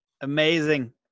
Amazing